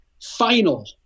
Final